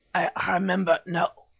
i remember now.